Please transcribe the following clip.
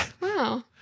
Wow